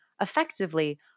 effectively